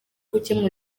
gukemura